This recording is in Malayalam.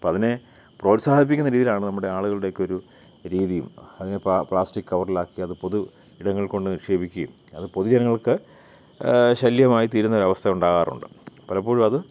അപ്പോൾ അതിനെ പ്രോത്സാഹിപ്പിക്കുന്ന രീതിയിലാണ് നമ്മുടെ ആളുകളുടെയൊക്കെയൊരു രീതിയും അതിനെ പ്ലാസ്റ്റിക്ക് കവറിലാക്കി അത് പൊതുയിടങ്ങളിൽക്കൊണ്ട് നിക്ഷേപിക്കുകയും അത് പൊതുജനങ്ങൾക്ക് ശല്യമായിത്തീരുന്നൊരവസ്ഥ ഉണ്ടാകാറുണ്ട് പലപ്പോഴും അത്